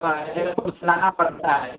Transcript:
वा एयरपोर्ट से लाना पड़ता है